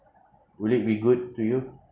will it be good to you